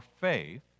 faith